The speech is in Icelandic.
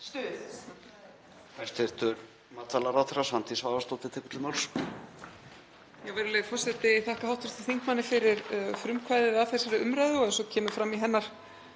Stuð.